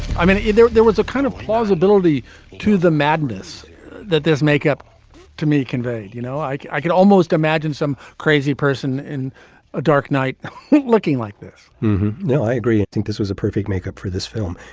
i mean there there was a kind of plausibility to the madness that there's makeup to me convey. you know i can almost imagine some crazy person in a dark night looking like this no i agree. i think this was a perfect makeup for this film.